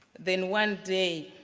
then one day,